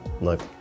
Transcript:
look